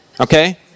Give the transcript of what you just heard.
Okay